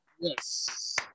Yes